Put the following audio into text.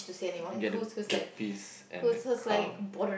get the the piece and the come